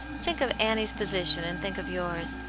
think of annie's position, and think of yours!